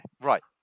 Right